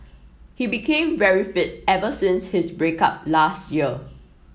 he became very fit ever since his break up last year